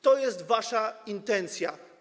To jest wasza intencja.